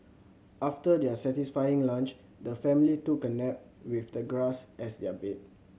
after their satisfying lunch the family took a nap with the grass as their bed